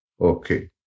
Okay